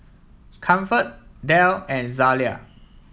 Comfort Dell and Zalia